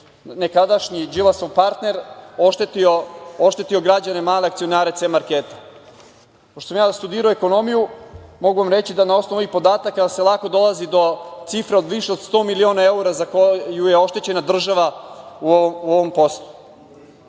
nekadašnjih Đilasov partner, oštetio građane, male akcionare „C marketa“.Pošto sam ja studirao ekonomiju mogu vam reći da na osnovu ovih podataka se lako dolazi do cifre od više 100 miliona evra za koju je oštećena država u ovom poslu.